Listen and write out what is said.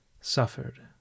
suffered